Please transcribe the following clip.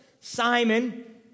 Simon